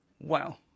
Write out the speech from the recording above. Wow